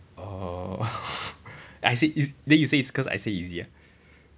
orh I say is then you say is cause I say easy ah